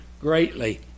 greatly